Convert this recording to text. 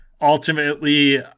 Ultimately